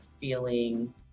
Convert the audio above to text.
feeling